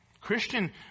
Christian